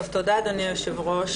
טוב, תודה אדוני היושב-ראש.